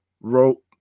wrote